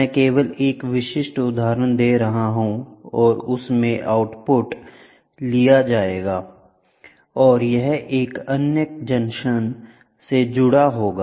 मैं केवल एक विशिष्ट उदाहरण दे रहा हूं और इसमें आउटपुट लिया जाएगा और यह एक अन्य जंक्शन से जुड़ा होगा